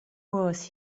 was